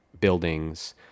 buildings